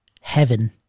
heaven